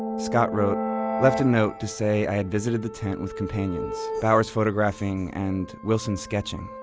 scott wrote left a note to say i had visited the tent with companions. bowers photographing and wilson sketching.